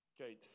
Okay